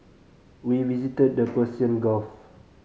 we visited the Persian Gulf